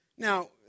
Now